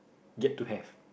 get to have